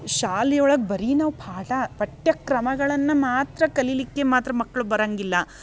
ಶಾಲೆ ಒಳಗೆ ಬರೀ ನಾವು ಪಾಠ ಪಠ್ಯ ಕ್ರಮಗಳನ್ನು ಮಾತ್ರ ಕಲಿಲಿಕ್ಕೆ ಮಾತ್ರ ಮಕ್ಳು ಬರಂಗಿಲ್ಲ